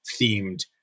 themed